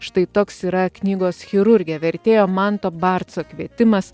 štai toks yra knygos chirurgė vertėjo manto barco kvietimas